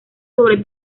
sobre